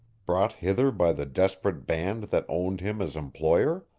brought hither by the desperate band that owned him as employer?